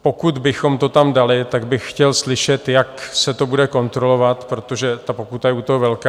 Pokud bychom to tam dali, tak bych chtěl slyšet, jak se to bude kontrolovat, protože pokuta je u toho velká.